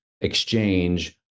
exchange